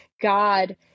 God